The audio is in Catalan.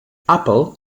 apple